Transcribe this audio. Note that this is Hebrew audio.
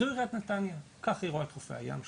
זו עיריית נתניה, כך היא רואה את חופי הים שלה.